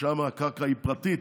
ששם הקרקע היא פרטית,